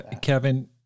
Kevin